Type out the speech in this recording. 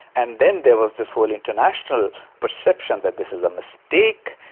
and then there was this whole international perception that this is a mistake,